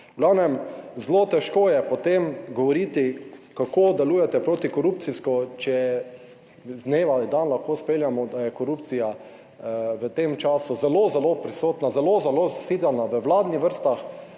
zelo težko je potem govoriti, kako delujete protikorupcijsko, če iz dneva v dan lahko spremljamo, da je korupcija v tem času zelo, zelo prisotna, zelo, zelo zasidrana v vladnih vrstah